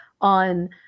on